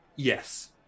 Yes